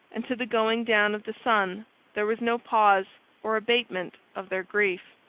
and to the going down of the sun there was no pause or abatement of their grief.